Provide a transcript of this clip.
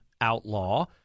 outlaw